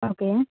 okay